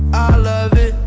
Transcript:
i love it